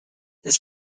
this